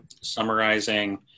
summarizing